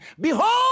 behold